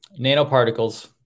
nanoparticles